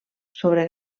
sobre